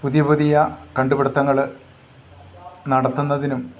പുതിയ പുതിയ കണ്ടുപിടുത്തങ്ങൾ നടത്തുന്നതിനും